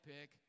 pick